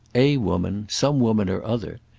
a woman. some woman or other.